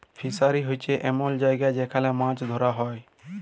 fishery হছে এমল জায়গা যেখালে মাছ ধ্যরা হ্যয়